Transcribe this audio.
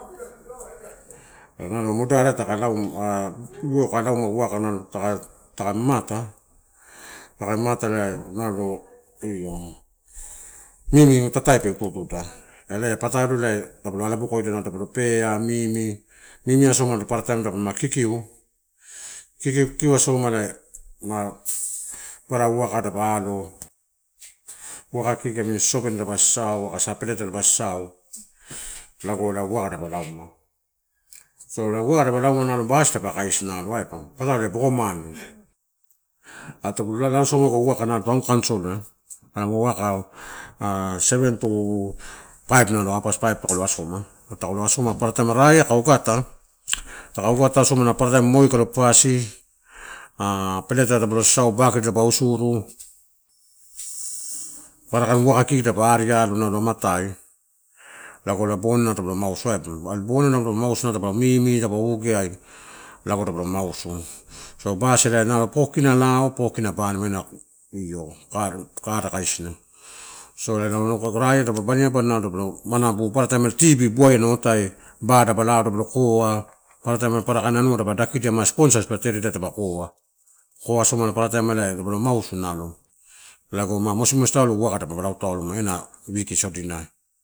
nalo moderareai taka kai lauma uwaka kai mamata nalo io mimi tatai pe utu utuiau ela ia patalo en taka lo alobokodia nalo pea, mimi, mimi asoma paparataim dopalama kikiu. Kikiu asoma ela ma, papara uwaka dapa alo uwaka kiki naming sosopene pa sasau peleta dapa sasau lago ma uwaka dapa lauma so ela uwaka tadapa lauma ela basi daba kaisi nalo aiba. Elana boko mane aiba, are tagu lalausagu uwaka town counsel ai, kalama uwaka seven to five nalo half pass five taka lo asoma. Taka agatu asoma paparataim moi kalo papasi ah peleuta dapa sasau ah bakete dapa usuru papara kain uwaka, kiki nalo dapa alo amatai. Lago ela boninoi dapa lo mausu aiba. Are boninai nalo dapa mimi daba ogeai lago daba lo mausu. So, basi nalo four kina lao four kina banima ena kara kaisina, so aga raia tadapa banima, nalo dopalo manabu, paparataim tv buaia ena otai daba lo koa, paparataim paparakain, anua tadapa dakidia ma sposer dipa tereda, dapu kou. Kou asoma ela dabalo mausu nalo, lago ma mosimosi taulo daba lauma uwaka ena week sodinai.